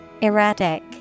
Erratic